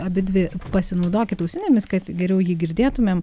abidvi pasinaudokit ausinėmis kad geriau jį girdėtumėm